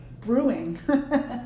brewing